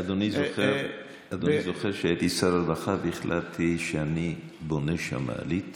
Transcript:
אדוני זוכר שהייתי שר הרווחה והחלטתי שאני בונה שם מעלית